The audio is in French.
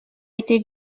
été